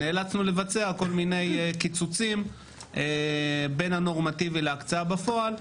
נאלצנו לבצע כל מיני קיצוצים בין הנורמטיבי להקצאה בפועל,